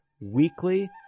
weekly